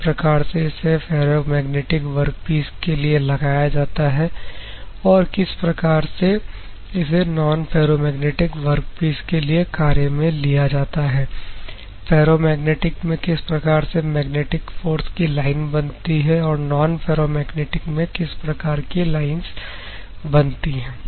किस प्रकार से इसे फेरोमैग्नेटिक वर्कपीस के लिए लगाया जाता है और किस प्रकार से इस नोन फेरोमैग्नेटिक वर्कपीस के लिए कार्य में लिया जाता है फेरोमैग्नेटिक में किस प्रकार की मैग्नेटिक फोर्स की लाइन बनती है और नॉनफेरोमैग्नेटिक में किस प्रकार की लायंस बनती है